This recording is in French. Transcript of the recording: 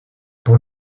pour